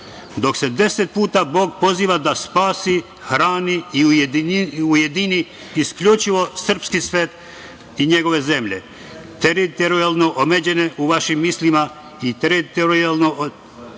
dok se 10 puta Bog poziva da spasi, hrani i ujedini isključivo srpski svet i njegove zemlje teritorijalno omeđene u vašim mislima i teritorijalno